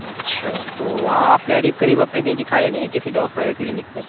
اچھا تو وہاں آپ نے اریب قریب اپنے کہیں دکھایا نہیں کسی ڈاکٹر یا کلینک پہ